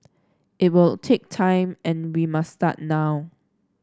it will take time and we must start now